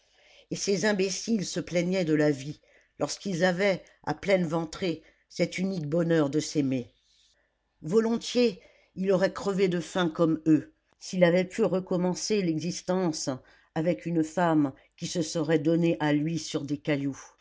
et ces imbéciles se plaignaient de la vie lorsqu'ils avaient à pleines ventrées cet unique bonheur de s'aimer volontiers il aurait crevé de faim comme eux s'il avait pu recommencer l'existence avec une femme qui se serait donnée à lui sur des cailloux